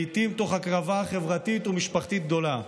לעיתים גם תוך הקרבה חברתית ומשפחתית גדולה.